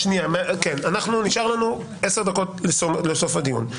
נשאר לנו עשר דקות לסוף הדיון.